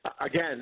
again